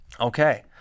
Okay